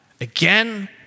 again